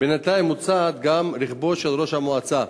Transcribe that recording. בינתיים הוצת גם רכבו של ראש המועצה.